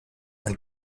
man